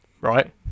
Right